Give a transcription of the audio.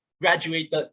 graduated